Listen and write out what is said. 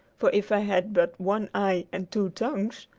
for if i had but one eye and two tongues,